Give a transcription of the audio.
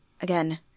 Again